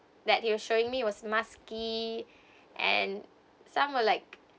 that he was showing me was musky and some are like